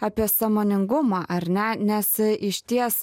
apie sąmoningumą ar ne nes išties